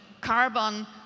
carbon